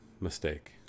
mistake